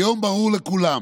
היום, ברור לכולם,